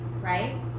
right